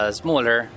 smaller